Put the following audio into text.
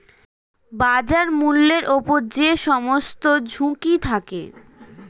বাজার মূল্যের উপর যে সমস্ত ঝুঁকি থাকে